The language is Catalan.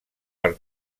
per